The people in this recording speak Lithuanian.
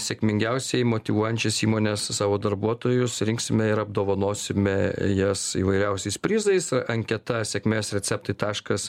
sėkmingiausiai motyvuojančias įmones savo darbuotojus rinksime ir apdovanosime jas įvairiausiais prizais anketa sėkmės receptai taškas